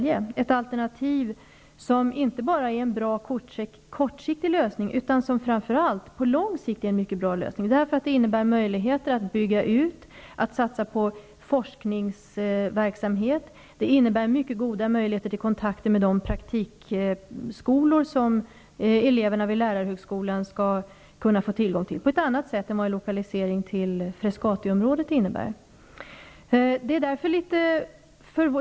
Det är ett alternativ som inte bara är en bra kortsiktig lösning utan som framför allt är en mycket bra lösning på lång sikt, eftersom det inne bär möjligheter att bygga ut och att satsa på forsk ningsverksamhet och eftersom det innebär mycket goda möjligheter till kontakter med de praktiksko lor som eleverna vid lärarhögskolan skall kunna få tillgång till. En lokalisering till Södertälje innebär möjligheter som en lokalisering till Frescatiområ det inte ger.